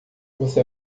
você